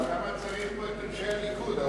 למה צריך פה את אנשי הליכוד.